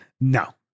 No